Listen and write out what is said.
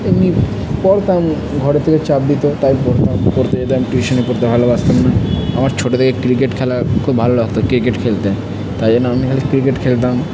এমনি পড়তাম ঘরের থেকে চাপ দিত তাই পড়তাম পড়তে যেতাম টিউশন পড়তে ভালবাসতাম না আমার ছোটো থেকে ক্রিকেট খেলা খুব ভালো লাগত ক্রিকেট খেলতে তাই জন্য আমি ক্রিকেট খেলতাম